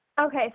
Okay